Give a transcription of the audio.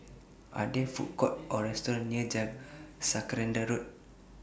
Are There Food Courts Or restaurants near Jacaranda Road